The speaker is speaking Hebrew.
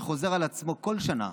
שחוזר על עצמו כל שנה,